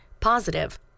positive